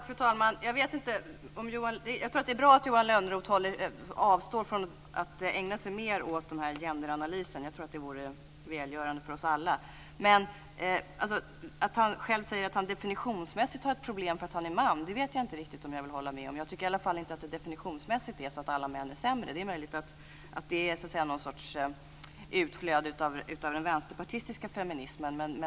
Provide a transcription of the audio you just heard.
Fru talman! Jag tror att det är bra att Johan Lönnroth avstår från att ägna sig åt ytterligare genderanalys. Det är välgörande för oss alla. Han säger att han definitionsmässigt har problem därför att han är man, och det vet jag inte riktigt om jag vill hålla med om. Jag tycker i alla fall inte att det definitionsmässigt är så att alla män är sämre. Det är möjligt att det är någon sorts påverkan från den vänsterpartistiska feminismen.